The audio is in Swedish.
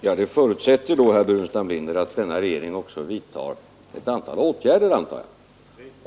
Herr talman! Jag antar, herr Burenstam Linder, att detta då förutsätter att denna regering vidtar ett antal åtgärder.